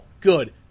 good